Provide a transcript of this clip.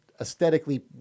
aesthetically